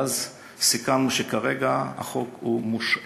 ואז סיכמנו שכרגע החוק מושהה.